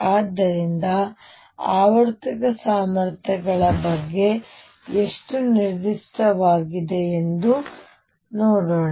ಆದ್ದರಿಂದ ಆವರ್ತಕ ಸಾಮರ್ಥ್ಯಗಳ ಬಗ್ಗೆ ಎಷ್ಟು ನಿರ್ದಿಷ್ಟವಾಗಿದೆ ಎಂದು ನೋಡೋಣ